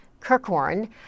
Kirkhorn